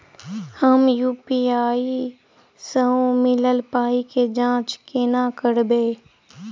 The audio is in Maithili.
हम यु.पी.आई सअ मिलल पाई केँ जाँच केना करबै?